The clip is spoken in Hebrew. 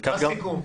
בסיכום.